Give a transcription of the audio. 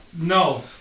No